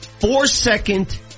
four-second